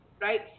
right